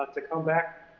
to come back,